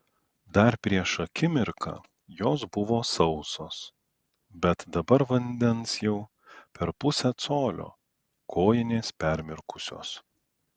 dar prieš akimirką jos buvo sausos bet dabar vandens jau per pusę colio kojinės permirkusios